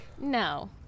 No